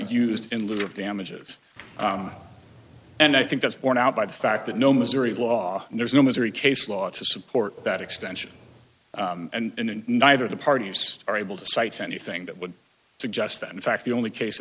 used in lieu of damages and i think that's borne out by the fact that no missouri law and there's no missouri case law to support that extension and neither of the parties are able to cite anything that would suggest that in fact the only case